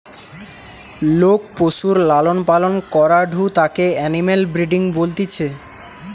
লোক পশুর লালন পালন করাঢু তাকে এনিম্যাল ব্রিডিং বলতিছে